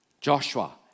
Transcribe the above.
Joshua